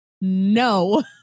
No